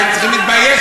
תוספת של 10 מיליארד,